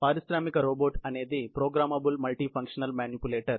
పారిశ్రామిక రోబోట్ అనేది programmable multifunctional manipulator